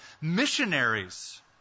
Missionaries